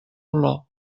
olor